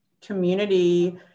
community